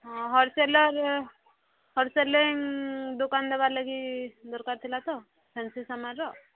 ହଁ ହୋଲ୍ ସେଲ୍ର ହୋଲ୍ ସେଲିଲ୍ ଦୋକାନ ଦେବା ଲାଗି ଦରକାର ଥିଲା ତ ଫ୍ୟାନ୍ସି ସାମାର